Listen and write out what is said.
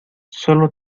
sólo